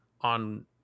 on